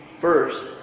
First